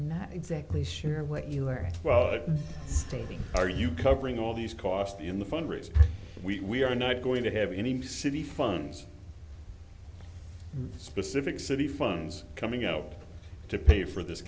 not exactly sure what you are well stating are you covering all these costs in the fundraising we are not going to have any city funds specific city funds coming out to pay for this